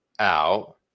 out